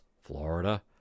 Florida